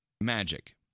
Magic